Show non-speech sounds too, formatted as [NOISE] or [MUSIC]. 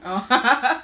oh [LAUGHS]